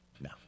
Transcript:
No